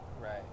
Right